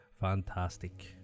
Fantastic